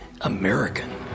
American